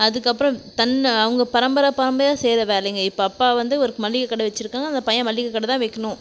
அதுக்கு அப்புறம் தன்னு அவங்க பரம்பரை பரம்பரையாக செய்கிற வேலைங்க இப்போ அப்பா வந்து ஒரு மளிகை கடை வச்சுருக்காங்க அந்த பையன் மளிகை கடை தான் வைக்கிணும்